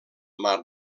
mar